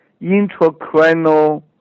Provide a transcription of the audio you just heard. intracranial